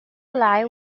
lie